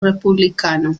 republicano